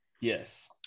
Yes